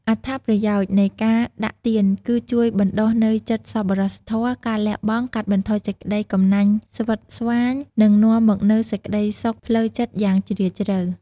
អត្ថប្រយោជន៍ នៃការដាក់ទានគឺជួយបណ្ដុះនូវចិត្តសប្បុរសធម៌ ការលះបង់ កាត់បន្ថយសេចក្ដីកំណាញ់ស្វិតស្វាញ និងនាំមកនូវសេចក្ដីសុខផ្លូវចិត្តយ៉ាងជ្រាលជ្រៅ។